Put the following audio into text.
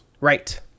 right